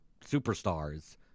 superstars